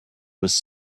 was